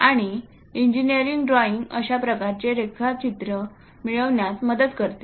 आणि इंजिनिअरिंग ड्रॉइंगअशा प्रकारच्या रेखाचित्रे मिळविण्यात मदत करते